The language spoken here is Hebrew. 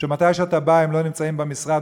שמתי שאתה בא הם לא נמצאים במשרד,